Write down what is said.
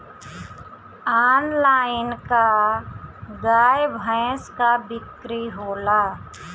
Online का गाय भैंस क बिक्री होला?